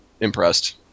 impressed